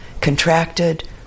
contracted